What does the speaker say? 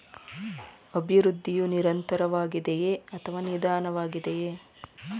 ಅಭಿವೃದ್ಧಿಯು ನಿರಂತರವಾಗಿದೆಯೇ ಅಥವಾ ನಿಧಾನವಾಗಿದೆಯೇ?